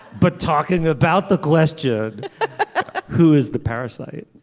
but talking about the question who is the parasite.